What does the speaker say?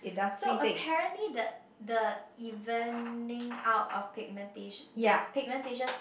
so apparently the the evening out of pigmenta~ the pigmentation